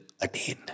attain